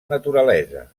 naturalesa